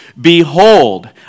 Behold